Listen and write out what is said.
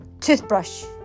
toothbrush